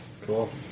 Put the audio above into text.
Cool